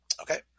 Okay